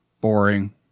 boring